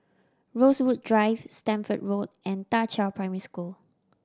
Rosewood Drive Stamford Road and Da Qiao Primary School